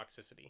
toxicity